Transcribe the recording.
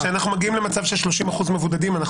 כשאנחנו מגיעים למצב שיש 30% מבודדים,